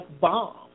bomb